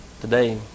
today